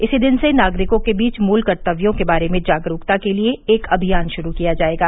इसी दिन से नागरिकों के बीच मूल कर्तव्यों के बारे में जागरूकता के लिए एक अभियान शुरू किया जाएगा